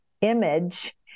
image